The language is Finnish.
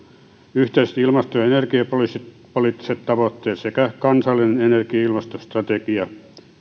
yhteiset ilmasto ja energiapoliittiset tavoitteet sekä kansallinen energia ja ilmastostrategia